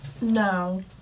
No